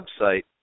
website